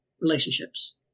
relationships